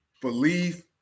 belief